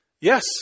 Yes